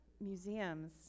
museums